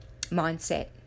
mindset